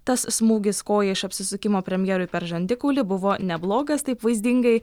tas smūgis koja iš apsisukimo premjerui per žandikaulį buvo neblogas taip vaizdingai